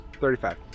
35